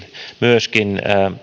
myöskin